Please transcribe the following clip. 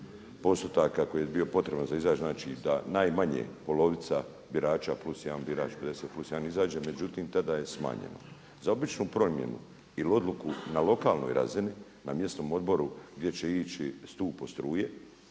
postotaka koji je bio potreban za izaći, znači da najmanje polovica birača plus jedan birač, 50 plus 1 izađe. Međutim, tada je smanjeno. Za običnu promjenu ili odluku na lokalnoj razini na mjesnom odboru gdje će ići stup od struje